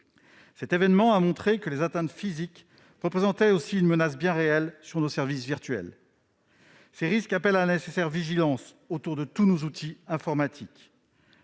Cet événement a montré que les atteintes physiques représentaient aussi une menace bien réelle pour nos services virtuels. Ces risques appellent à la nécessaire vigilance autour de tous nos outils informatiques.